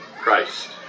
Christ